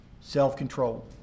Self-control